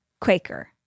Quaker